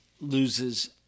loses